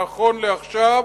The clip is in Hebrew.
נכון לעכשיו,